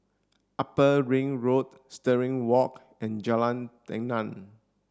Upper Ring Road Stirling Walk and Jalan Tenon